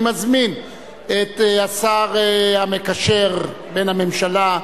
אני מזמין את השר המקשר בין הממשלה,